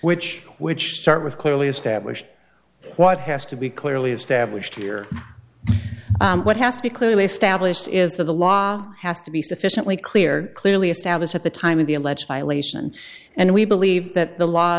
which which start with clearly established what has to be clearly established here what has to be clearly established is that the law has to be sufficiently clear clearly established at the time of the alleged violation and we believe that the law